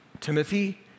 Timothy